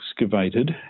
excavated